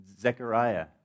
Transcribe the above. Zechariah